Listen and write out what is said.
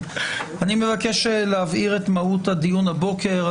מבקש להבהיר את מהות הדיון הבוקר.